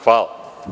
Hvala.